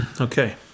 Okay